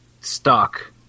stock